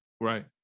Right